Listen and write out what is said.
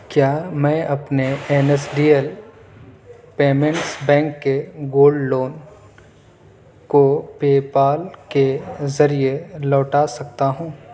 کیا میں اپنے N S D L payments bank کے گولڈ لون کو پے پال کے ذریعے لوٹا سکتا ہوں